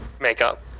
makeup